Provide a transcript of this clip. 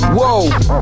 Whoa